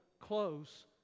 close